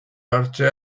hartze